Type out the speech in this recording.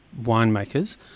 winemakers